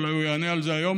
אולי הוא יענה על זה היום: